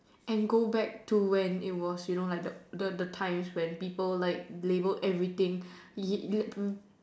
and go back to when it was you know like the the times when people like label every thing you